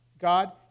God